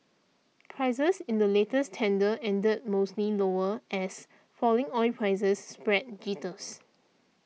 prices in the latest tender ended mostly lower as falling oil prices spread jitters